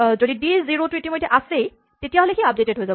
যদি ডি জিৰ' টো ইতিমধ্যে আছেই তেতিয়াহ'লে ই আপডেটেড হৈ যাব